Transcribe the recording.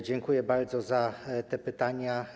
Dziękuję bardzo za pytania.